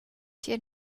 tier